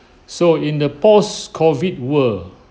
so in the post COVID world